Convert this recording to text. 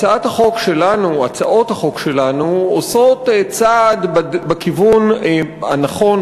הצעות החוק שלנו עושות צעד בכיוון הנכון,